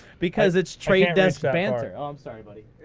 because it's trading desk banter. oh, i'm sorry buddy.